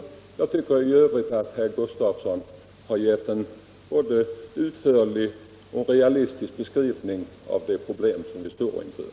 I övrigt tycker jag att herr Gustafsson i Uddevalla har gett en både utförlig och realistisk beskrivning av de problem som vi står inför.